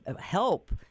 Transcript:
help